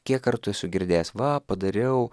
kiek kartų esu girdėjęs va padariau